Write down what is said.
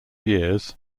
years